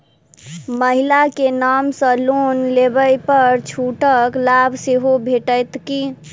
महिला केँ नाम सँ लोन लेबऽ पर छुटक लाभ सेहो भेटत की?